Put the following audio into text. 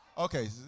Okay